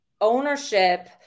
ownership